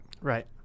right